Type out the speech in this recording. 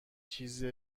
چیز